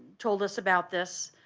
told us about this,